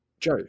joe